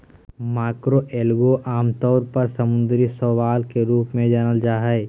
macroalgae के आमतौर पर समुद्री शैवाल के रूप में जानल जा हइ